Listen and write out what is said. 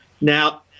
Now